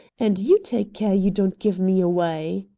and you take care you don't give me away.